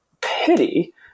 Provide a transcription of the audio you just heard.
pity